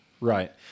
Right